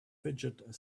fidget